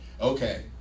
Okay